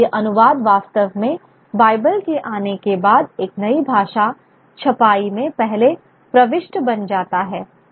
इसलिए अनुवाद वास्तव में बाइबल के आने के बाद एक नई भाषा छपाई में पहली प्रविष्टि बन जाता है